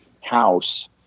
House